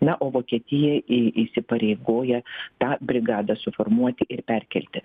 na o vokietija į įsipareigoja tą brigadą suformuoti ir perkelti